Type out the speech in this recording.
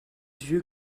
vieux